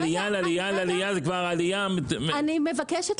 זו עליה, על עליה, על עליה --- אני מבקשת